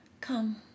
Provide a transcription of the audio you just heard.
come